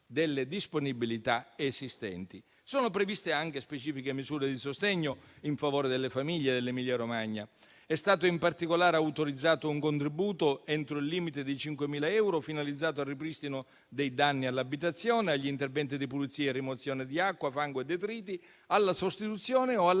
delle disponibilità esistenti. Sono previste anche specifiche misure di sostegno in favore delle famiglie dell'Emilia-Romagna. In particolare, è stato autorizzato un contributo entro il limite di 5.000 euro finalizzato al ripristino dei danni all'abitazione, agli interventi di pulizia e rimozione di acqua, fango e detriti, alla sostituzione o